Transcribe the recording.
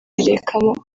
birekamo